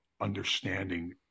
understanding